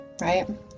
right